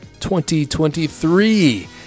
2023